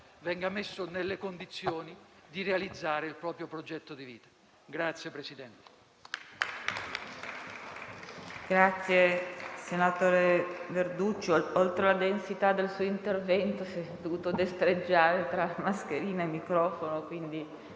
venga messo nelle condizioni di realizzare il proprio progetto di vita.